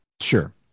Sure